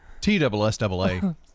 t-double-s-double-a